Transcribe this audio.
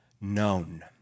known